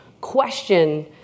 question